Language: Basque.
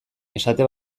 esate